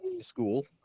school